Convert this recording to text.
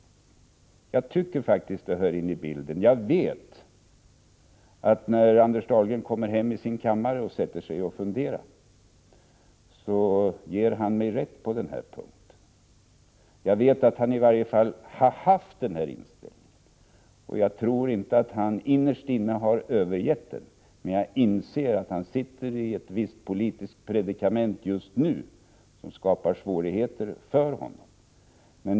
Det hör faktiskt till bilden. Jag vet att Anders Dahlgren, när han kommer hem till sin kammare och börjar fundera, ger mig rätt på denna punkt. Jag vet att han i varje fall har haft denna inställning, och jag tror inte att han innerst inne har övergett den. Jag inser dock att han just nu befinner sig i ett visst politiskt predikament, som skapar svårigheter för honom.